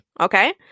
okay